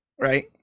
Right